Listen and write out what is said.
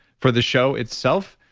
for the show itself,